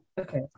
Okay